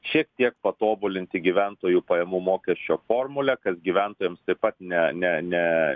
šiek tiek patobulinti gyventojų pajamų mokesčio formulę kad gyventojams taip pat ne ne ne